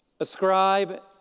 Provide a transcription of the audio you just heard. Ascribe